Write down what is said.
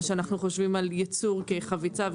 מה שאנחנו חושבים על ייצור כחביצה,